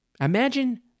Imagine